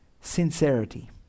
sincerity